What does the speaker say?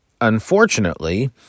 unfortunately